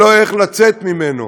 ולא איך לצאת ממנו.